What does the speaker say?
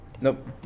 Nope